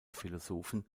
philosophen